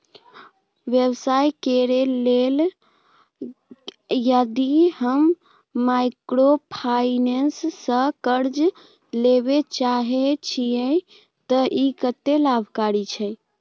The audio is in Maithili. व्यवसाय करे के लेल यदि हम माइक्रोफाइनेंस स कर्ज लेबे चाहे छिये त इ कत्ते लाभकारी छै?